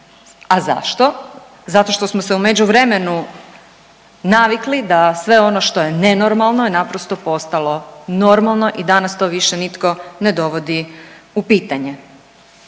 a zašto? Zato što smo se u međuvremenu navikli da sve ono što je nenormalno je naprosto postalo normalno i danas to više nitko ne dovodi u pitanje.